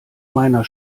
meiner